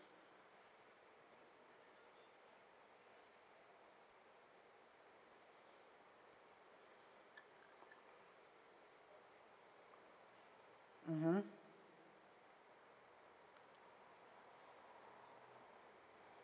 mmhmm